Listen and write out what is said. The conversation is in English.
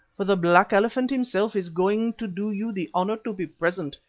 for the black elephant himself is going to do you the honour to be present,